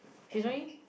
she's only